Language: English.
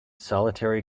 solitary